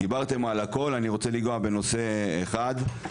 דיברתם על הכל, אני רוצה לנגוע בנושא אחד.